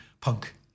punk